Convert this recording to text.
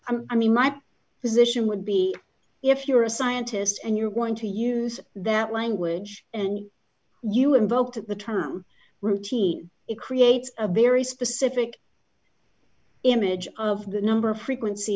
i mean my position would be if you're a scientist and you're going to use that language and you invoked the term routine it creates a very specific image of the number frequency